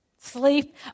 Sleep